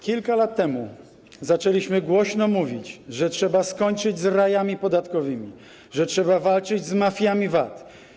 Kilka lat temu zaczęliśmy głośno mówić, że trzeba skończyć z rajami podatkowymi, że trzeba walczyć z mafiami VAT.